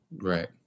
Right